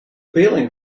peeling